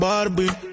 Barbie